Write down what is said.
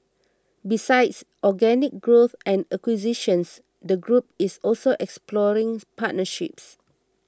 besides organic growth and acquisitions the group is also exploring partnerships